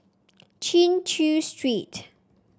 Chin Chew Street